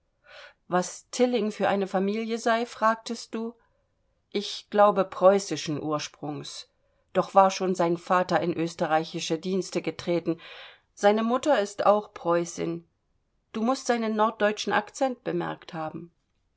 was tilling für eine familie sei fragtest du ich glaube preußischen ursprungs doch war schon sein vater in österreichische dienste getreten seine mutter ist auch preußin du mußt seinen norddeutschen accent bemerkt haben